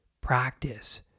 practice